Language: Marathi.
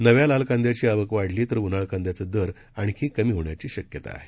नव्या लाल कांदयाची आवक वाढली तर उन्हाळ कांदयाचे दर आणखी कमी होण्याची शक्यता आहे